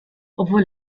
obwohl